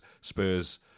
Spurs